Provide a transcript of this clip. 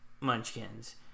munchkins